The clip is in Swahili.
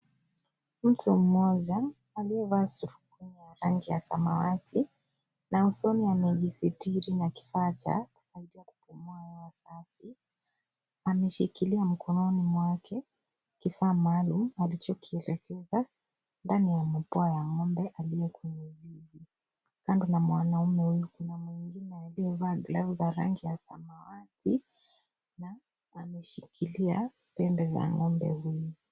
Mtu mmoja aliyevaa surupwenye ya rangi ya samwati na usoni amejisitiri na kifaa cha kusaidia kupumua hewa safi , ameshikilia mkononi mwake kifaa maalum alichokielekeza ndani ya mapua ya ng'ome aliye kwenye zizi . Kando na mwanaume huyu kuna mwingine aliyevaa glavu za rangi ya samawati na ameshikilia pembe za ng'ombe huyu.